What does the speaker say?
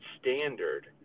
standard